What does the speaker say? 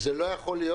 לא ייתכן,